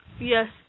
Yes